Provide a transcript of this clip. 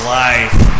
life